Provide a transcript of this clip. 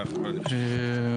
מה קורה לתוכנית שהתחילה?